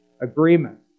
agreement